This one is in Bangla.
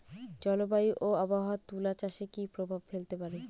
জলবায়ু ও আবহাওয়া তুলা চাষে কি প্রভাব ফেলতে পারে?